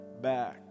back